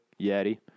Yeti